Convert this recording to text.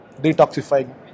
detoxifying